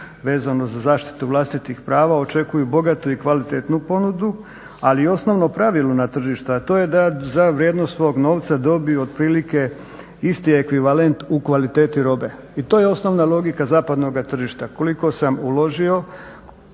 vezano za zaštitu vlastitih prava očekuju bogatu i kvalitetnu ponudu, ali osnovno pravilo na tržištu a to je da za vrijednost svog novca dobiju otprilike isti ekvivalent u kvaliteti robe. I to je osnovna logika zapadnog tržišta, koliko sam uložio